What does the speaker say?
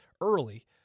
early